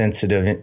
sensitive